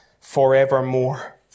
forevermore